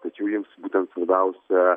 tačiau jiems būtent svarbiausia